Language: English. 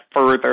further